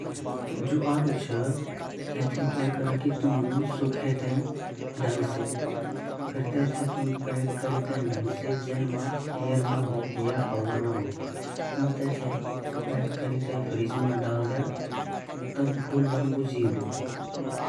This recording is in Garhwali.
जु आलु छिन आलू ते हम पहली ता हम खेतुबे निकाली ते माटा तोवा भी रख सकन अर अगर वन के नि वोन ता हम वेते काटी के भी रख सकन वेगा हम चीप्स बड़े ते भी रख सकन अर मतलब की इति तरीका से हम वेते रख सकन।